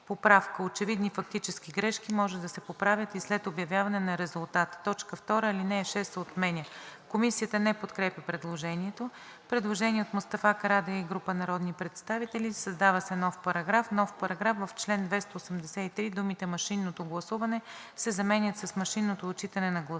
Очевидни фактически грешки може да се поправят и след обявяване на резултата.“ 2. Алинея 6 се отменя.“ Комисията не подкрепя предложението. Предложение от Мустафа Карадайъ и група народни представители: „Създава се нов §…:„§... В чл. 283 думите „машинното гласуване“ се заменят с „машинното отчитане на гласовете“.“